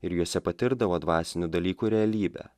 ir juose patirdavo dvasinių dalykų realybę